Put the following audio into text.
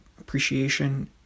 appreciation